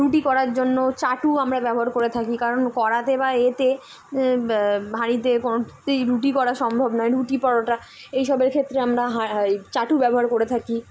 রুটি করার জন্য চাটু আমরা ব্যবহার করে থাকি কারণ কড়াতে বা এতে হাঁড়িতে কোনতেই রুটি করা সম্ভব নয় রুটি পরোটা এইসবের ক্ষেত্রে আমরা হঁ চাটু ব্যবহার করে থাকি